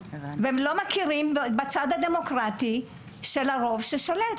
הם לא מכירים בצד הדמוקרטי של הרוב ששולט,